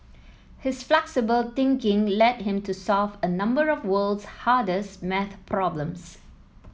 his flexible thinking led him to solve a number of the world's hardest maths problems